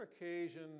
occasion